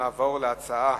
נעבור להצעת